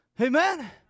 Amen